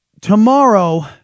tomorrow